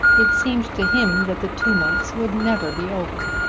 it seemed to him that the two months would never be over.